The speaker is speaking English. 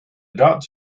dots